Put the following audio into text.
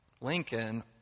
Lincoln